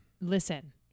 listen